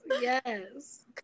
yes